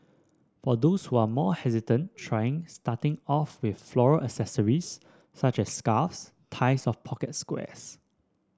for those who are more hesitant trying starting off with floral accessories such as scarves ties of pocket squares